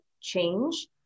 change